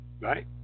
right